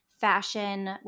fashion